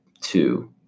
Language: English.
two